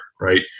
right